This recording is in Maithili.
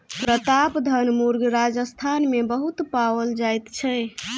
प्रतापधन मुर्ग राजस्थान मे बहुत पाओल जाइत छै